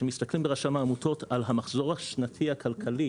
כשמסתכלים ברשם העמותות על המחזור השנתי הכלכלי